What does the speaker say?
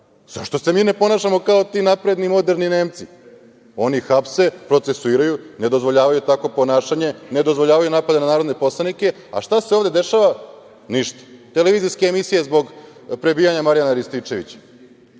Zašto se mi ne ponašamo kao ti napredni moderni Nemci, oni hapse, procesuirajum, ne dozvoljavaju takvo ponašanje, ne dozvoljavaju napade na narodne poslanike. A šta se ovde dešava? Ništa, televizijski emisije zbog prebijanja Marijana Rističevića. Dakle,